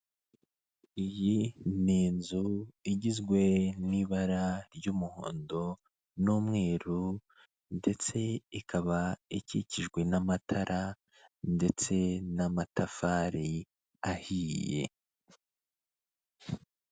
Iyi n’ inzu igizwe n'ibara ry'umuhondo n'umweru ndetse ikaba ikikijwe n'amatara ndetse n'amatafari ahiye.